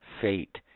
Fate